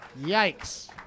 Yikes